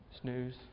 snooze